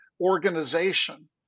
organization